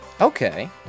Okay